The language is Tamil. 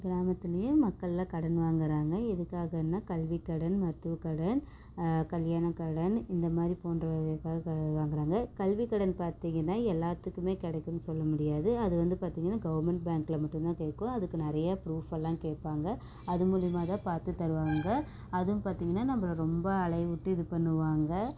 கிராமத்துலையும் மக்கள் எல்லாம் கடன் வாங்குறாங்க எதுக்காகன்னா கல்விக்கடன் மருத்துவக்கடன் கல்யாணக்கடன் இந்தமாதிரி போன்றவைகளுக்காக கடன் வாங்குறாங்க கல்விக்கடன் பார்த்திங்கன்னா எல்லாத்துக்குமே கிடைக்குன்னு சொல்ல முடியாது அது வந்து பார்த்திங்கன்னா கவர்மெண்ட் பேங்க்ல மட்டும்தான் கிடைக்கும் அதுக்கு நிறைய ப்ரூஃப்ஸ் எல்லாம் கேட்பாங்க அது மூலியமாகதான் பார்த்து தருவாங்க அதுவும் பார்த்திங்கன்னா நம்பளை ரொம்ப அலையவிட்டு இது பண்ணுவாங்க